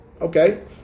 Okay